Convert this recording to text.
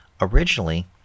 originally